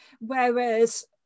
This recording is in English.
whereas